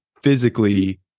Physically